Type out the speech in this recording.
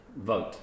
vote